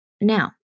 Now